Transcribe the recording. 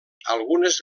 algunes